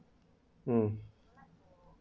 um